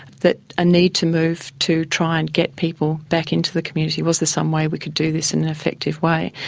that a need to move to try and get people back in to the community. was there some way we could do this in an effective way?